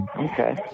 Okay